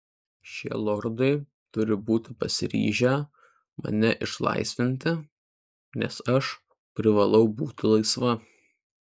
šie lordai turi būti pasiryžę mane išlaisvinti nes aš privalau būti laisva